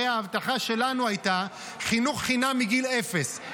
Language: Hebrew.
הרי ההבטחה שלנו הייתה חינוך חינם מגיל אפס.